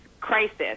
crisis